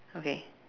okay